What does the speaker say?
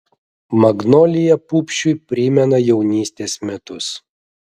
magnolija pupšiui primena jaunystės metus